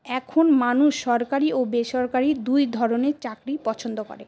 এখন মানুষ সরকারি ও বেসরকারি দুই ধরনের চাকরি পছন্দ করে